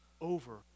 over